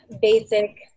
basic